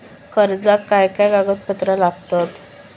कर्जाक काय काय कागदपत्रा लागतत?